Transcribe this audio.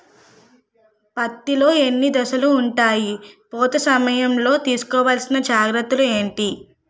పత్తి లో ఎన్ని దశలు ఉంటాయి? పూత సమయం లో తీసుకోవల్సిన జాగ్రత్తలు ఏంటి?